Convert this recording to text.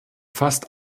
fast